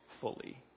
fully